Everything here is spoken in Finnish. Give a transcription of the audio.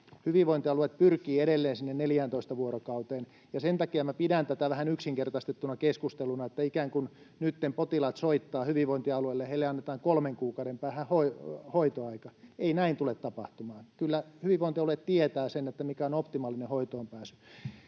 hyvinvointialueet pyrkivät edelleen sinne 14 vuorokauteen. Sen takia pidän tätä vähän yksinkertaistettuna keskusteluna, että ikään kuin nytten potilaat soittavat hyvinvointialueille ja heille annetaan kolmen kuukauden päähän hoitoaika. Ei näin tule tapahtumaan. Kyllä hyvinvointialueet tietävät, mikä on optimaalinen hoitoonpääsy.